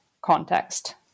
context